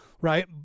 right